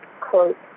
quote